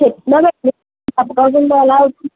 చెప్తున్నామండీ చెప్పకపోతుంటే ఎలా వచ్చాయి